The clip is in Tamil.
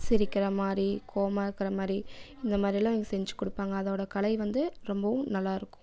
சிரிக்கிற மாதிரி கோவமாக இருக்கிற மாதிரி இந்த மாதிரியெல்லாம் இங்கே செஞ்சு கொடுப்பாங்க அதோட கலை வந்து ரொம்பவும் நல்லாயிருக்கும்